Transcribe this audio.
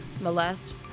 molest